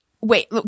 Wait